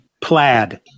plaid